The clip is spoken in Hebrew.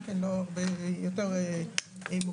צריך להגיד לא הרבה יותר מוקדם,